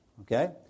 Okay